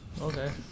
Okay